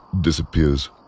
disappears